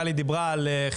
על בתים חמים,